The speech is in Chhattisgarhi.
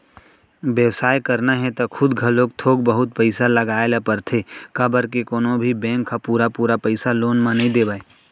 बेवसाय करना हे त खुद घलोक थोक बहुत पइसा लगाए ल परथे काबर के कोनो भी बेंक ह पुरा पुरा पइसा लोन म नइ देवय